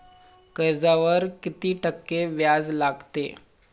कर्जावर किती टक्के व्याज लागते?